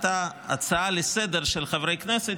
עלתה הצעה לסדר-היום של חברי הכנסת,